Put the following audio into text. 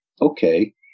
okay